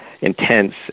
intense